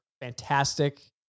fantastic